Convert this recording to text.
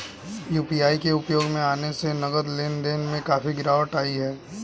UPI के उपयोग में आने से नगद लेन देन में काफी गिरावट आई हैं